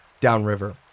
downriver